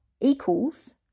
equals